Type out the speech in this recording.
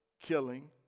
killing